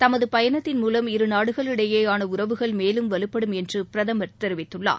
தமது பயணத்தின் மூலம் இரு நாடுகளிடையேயான உறவுகள் மேலும் வலுப்படும் என்று பிரதமர் தெரிவித்துள்ளார்